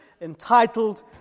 entitled